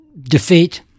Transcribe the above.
Defeat